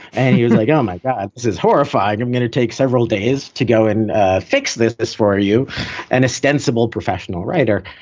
and he was like, oh my god, this is horrified. i'm going to take several days to go and fix this this for you and a sensible professional writer.